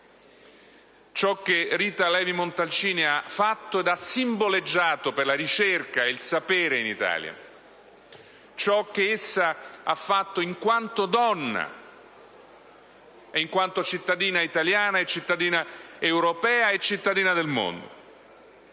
Ciò che Rita Levi-Montalcini ha fatto ed ha simboleggiato per la ricerca e il sapere in Italia, ciò che essa ha fatto in quanto donna, in quanto cittadina italiana, europea e del mondo